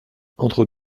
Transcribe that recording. entre